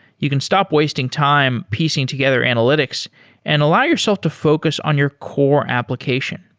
you can stop wasting time piecing together analytics and allow yourself to focus on your core application.